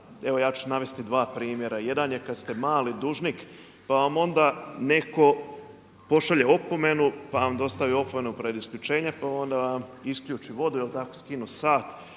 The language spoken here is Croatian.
evo ja ću navesti dva primjera, jedan je kada ste mali dužnik pa vam onda neko pošalje opomenu, pa vam dostave opomenu pred isključene, pa vam onda isključi vodu, skinu sat.